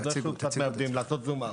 אנחנו קצת מאבדים, לעשות זום אאוט.